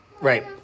Right